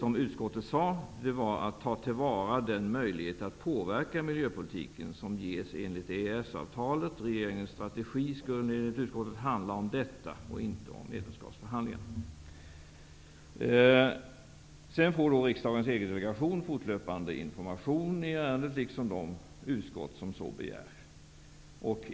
Vad utskottet sade var att ta till vara den möjlighet att påverka miljöpolitiken som ges av EES-avtalet. Regeringens strategi skulle enligt utskottet handla om detta, inte om medlemskapsförhandlingar. Sedan får riksdagens EG-delegation fortlöpande information i ärendet, liksom de utskott som så begär.